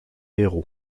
héros